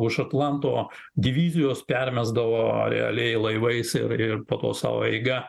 už atlanto divizijos permesdavo realiai laivais ir ir po to savo eiga